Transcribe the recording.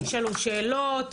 תשאלו שאלות,